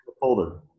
folder